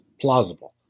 plausible